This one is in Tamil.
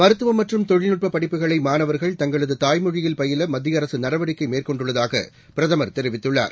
மருத்துவம் மற்றும் தொழில்நுட்ப படிப்புகளை மாணவர்கள் தங்களது தாய்மொழியில் பயில மத்திய அரசு நடவடிக்கை மேற்கொண்டுள்ளதாக பிரதமர் தெரிவித்துள்ளார்